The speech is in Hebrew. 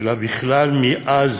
אלא בכלל, מאז